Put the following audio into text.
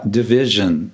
division